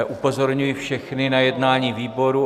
Upozorňuji všechny na jednání výboru.